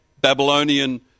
Babylonian